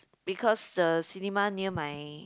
because the cinema near my